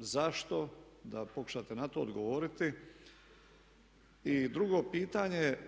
zašto da pokušate na to odgovoriti. I drugo pitanje je